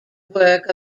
work